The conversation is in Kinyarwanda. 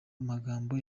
magambo